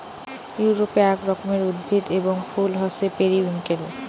ইউরোপে আক রকমের উদ্ভিদ এবং ফুল হসে পেরিউইঙ্কেল